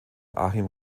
achim